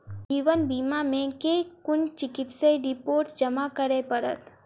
जीवन बीमा मे केँ कुन चिकित्सीय रिपोर्टस जमा करै पड़त?